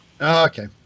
okay